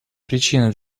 причина